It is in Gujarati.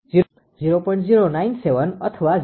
0979 અથવા 0